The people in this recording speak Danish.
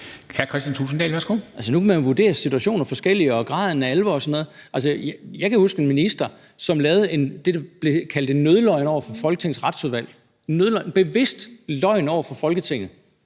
Kristian Thulesen Dahl (DF): Altså, nu kan man jo vurdere situationer og graden af alvor forskelligt. Jeg kan huske en minister, som kom med det, man kaldte en nødløgn, over for Folketingets Retsudvalg – en bevidst løgn over for Folketinget.